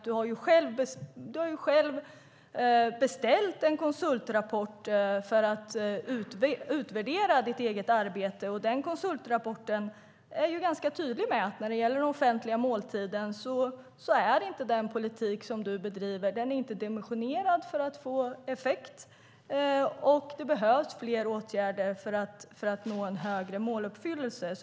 Du har själv beställt en konsultrapport för att utvärdera ditt eget arbete, och den konsultrapporten är ganska tydlig med att den politik du bedriver när det gäller den offentliga måltiden inte är dimensionerad för att få effekt och att det behövs fler åtgärder för att nå en högre måluppfyllelse.